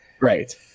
Right